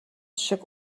шиг